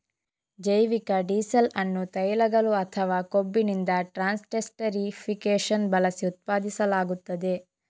ಜೈವಿಕ ಡೀಸೆಲ್ ಅನ್ನು ತೈಲಗಳು ಅಥವಾ ಕೊಬ್ಬಿನಿಂದ ಟ್ರಾನ್ಸ್ಸೆಸ್ಟರಿಫಿಕೇಶನ್ ಬಳಸಿ ಉತ್ಪಾದಿಸಲಾಗುತ್ತದೆ